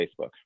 Facebook